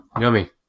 Yummy